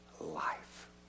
Life